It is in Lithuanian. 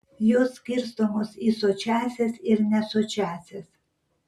jos skirstomos į sočiąsias ir nesočiąsias